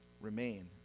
remain